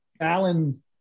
Alan